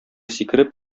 сикереп